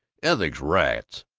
ethics, rats!